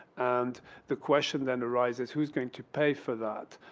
and the question then arises who's going to pay for that.